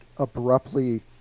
abruptly